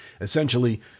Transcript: essentially